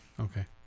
Okay